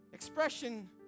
Expression